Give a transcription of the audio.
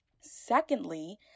Secondly